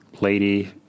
lady